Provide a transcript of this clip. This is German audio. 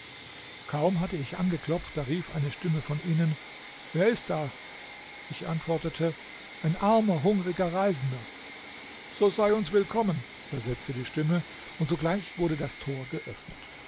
kaum hatte ich angeklopft da rief eine stimme von innen wer ist da ich antwortete ein armer hungriger reisender so sei uns willkommen versetzte die stimme und sogleich wurde das tor geöffnet